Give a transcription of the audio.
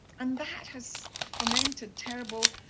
and that has fermented terrible